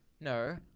No